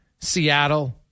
Seattle